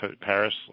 Paris